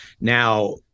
Now